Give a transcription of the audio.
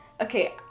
okay